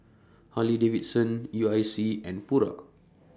Harley Davidson U I C and Pura